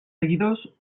seguidors